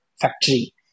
factory